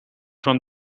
from